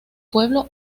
pueblo